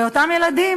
ואותם ילדים,